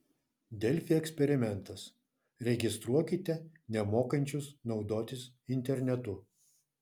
delfi eksperimentas registruokite nemokančius naudotis internetu